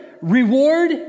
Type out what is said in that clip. reward